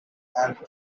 and